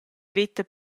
veta